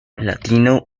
latino